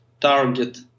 target